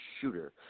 shooter